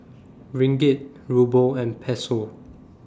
Ringgit Ruble and Peso